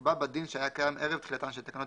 נקבע בדין שהיה קיים ערב תחילתן של תקנות